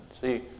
See